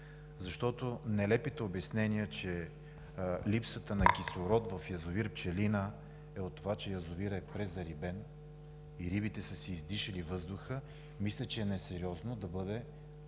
Перник. Нелепите обяснения, че липсата на кислород в язовир „Пчелина“ е от това, че язовирът е презарибен и рибите са си издишали въздуха, мисля, че е несериозно да бъде